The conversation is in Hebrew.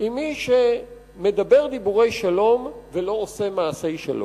עם מי שמדבר דיבורי שלום ולא עושה מעשי שלום.